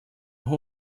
who